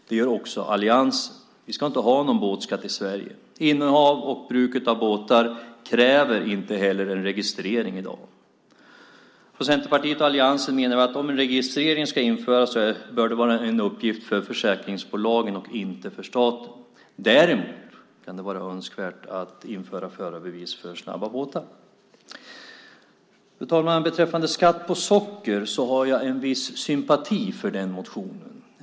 Det gör också alliansen. Vi ska inte ha någon båtskatt i Sverige. Innehav och bruket av båtar kräver i dag inte heller registrering. Centerpartiet och alliansen anser att om en registrering ska införas bör det vara en uppgift för försäkringsbolagen, inte för staten. Däremot kan det vara önskvärt att införa förarbevis för snabba båtar. Fru talman! Beträffande skatt på socker har jag en viss sympati för den motionen.